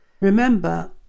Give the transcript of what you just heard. remember